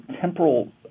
temporal